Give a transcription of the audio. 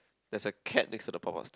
there's a cat next to the pop up store